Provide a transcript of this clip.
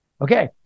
Okay